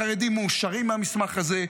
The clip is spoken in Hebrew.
החרדים מאושרים מהמסמך הזה,